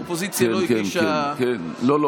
כי האופוזיציה לא הגישה --- לא,